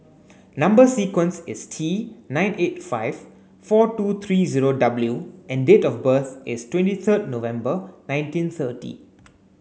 number sequence is T nine eight five four two three zero W and date of birth is twenty third November nineteen thirty